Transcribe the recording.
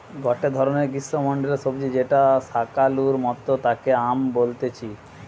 গটে ধরণের গ্রীষ্মমন্ডলীয় সবজি যেটা শাকালুর মতো তাকে য়াম বলতিছে